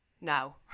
now